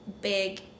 big